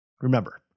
remember